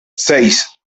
seis